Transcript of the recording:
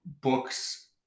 books